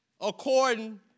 according